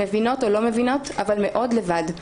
מבינות או לא מבינות, אבל מאד לבד.